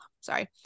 sorry